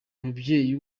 umubyeyi